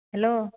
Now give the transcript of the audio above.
hello